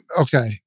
okay